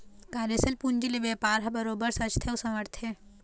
कार्यसील पूंजी ले बेपार ह बरोबर सजथे अउ संवरथे